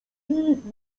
filip